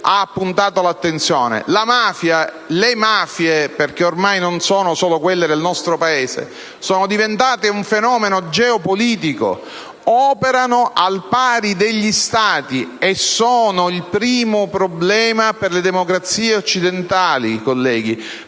ha puntato l'attenzione: la mafia, anzi le mafie (perché ormai non sono più solo quelle del nostro Paese) sono diventate un fenomeno geopolitico, operano al pari degli Stati e sono il primo problema per le democrazie occidentali. Questo